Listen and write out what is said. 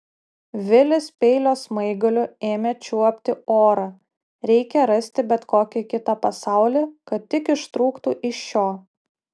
vilis peilio smaigaliu ėmė čiuopti orą reikia rasti bet kokį kitą pasaulį kad tik ištrūktų iš šio